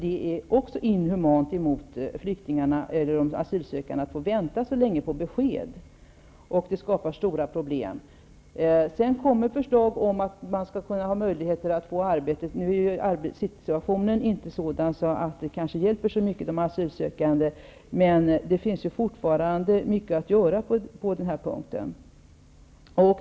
Det är också inhumant mot de asylsökande att de får vänta så länge på besked. Det skapar stora problem. Därefter kom förslag om att man skall kunna få arbeta. Nu är arbetssituationen inte sådan att det hjälper de asylsökande så mycket, men det finns fortfarande mycket att göra på den punkten.